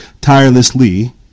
tirelessly